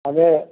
அது